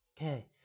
Okay